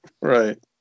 Right